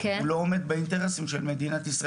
הוא לא עומד באינטרסים של מדינת ישראל.